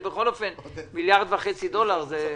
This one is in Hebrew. זה בכל אופן מיליארד וחצי דולר.